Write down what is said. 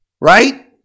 right